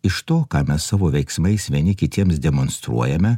iš to ką mes savo veiksmais vieni kitiems demonstruojame